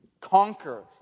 conquer